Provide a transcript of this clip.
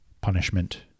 punishment